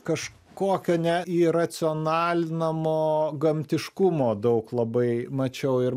kažkokio neįracionalinamo gamtiškumo daug labai mačiau ir